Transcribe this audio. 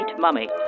Mummy